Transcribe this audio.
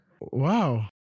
Wow